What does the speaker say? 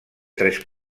tres